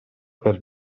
per